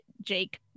Jake